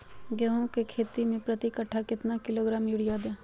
गेंहू की खेती में प्रति कट्ठा कितना किलोग्राम युरिया दे?